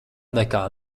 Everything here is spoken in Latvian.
nekā